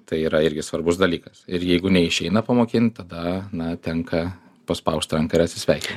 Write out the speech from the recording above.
tai yra irgi svarbus dalykas ir jeigu neišeina pamokint tada na tenka paspausti ranką ir atsisveikint